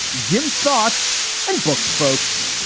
give us thoughts and books, folks.